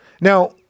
Now